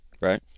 right